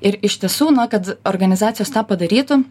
ir iš tiesų na kad organizacijos tą padarytų